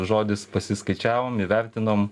žodis pasiskaičiavom įvertinom